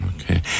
Okay